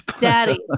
Daddy